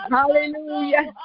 Hallelujah